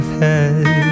head